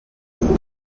client